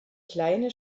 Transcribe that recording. kleine